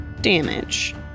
damage